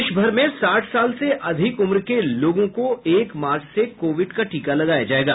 देश भर में साठ साल से अधिक उम्र के लोगों को एक मार्च से कोविड का टीका लगाया जायेगा